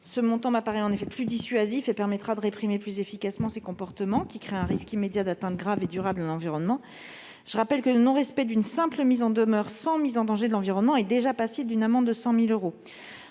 Ce montant, qui m'apparaît plus dissuasif, permettra de réprimer plus efficacement ces comportements, qui créent un risque immédiat d'atteinte grave et durable à l'environnement. Je rappelle que le non-respect d'une simple mise en demeure, sans mise en danger de l'environnement, est déjà passible d'une amende de 100 000 euros.